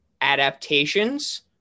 adaptations